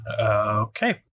okay